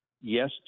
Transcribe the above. yes